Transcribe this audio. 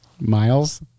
miles